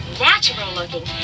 natural-looking